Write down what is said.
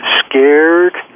scared